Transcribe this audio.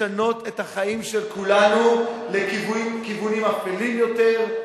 לשנות את החיים של כולנו לכיוונים אפלים יותר,